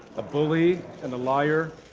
a bully and a liar,